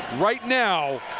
right now!